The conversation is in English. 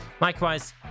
Likewise